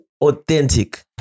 authentic